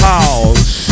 House